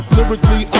Lyrically